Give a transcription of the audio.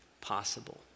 possible